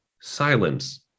silence